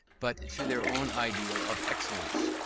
but to their own ideal of excellence.